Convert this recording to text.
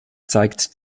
zeigt